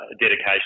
dedication